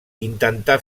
intentà